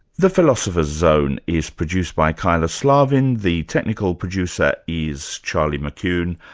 the philosopher's zone is produced by kyla slaven the technical producer is charlie mckune.